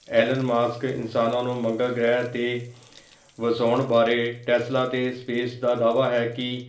Allen Musk ਇਨਸਾਨਾਂ ਨੂੰ ਮੰਗਲ ਗ੍ਰਹਿ 'ਤੇ ਵਸਾਉਣ ਬਾਰੇ ਟੈਸਲਾ ਅਤੇ ਸਪੇਸ ਦਾ ਦਾਅਵਾ ਹੈ ਕਿ